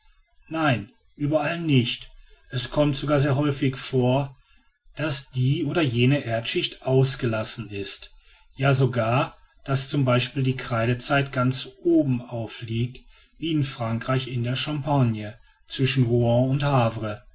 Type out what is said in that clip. nein überall nicht es kommt sogar sehr häufig vor daß die oder jene erdschicht ausgelassen ist ja sogar daß z b die kreidezeit ganz obenauf liegt wie in frankreich in der champagne zwischen rouen und havre